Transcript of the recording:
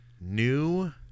New